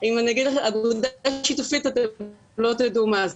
מכספים שמראש הוקצו לאותם הסכמים,